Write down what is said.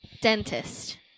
Dentist